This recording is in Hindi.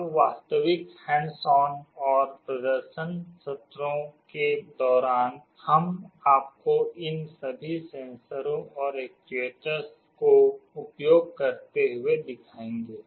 अब वास्तविक हैंड्स ऑन और प्रदर्शन सत्रों के दौरान हम आपको इन सभी सेंसरों और एक्च्युएटर्स को उपयोग करते हुए दिखाएंगे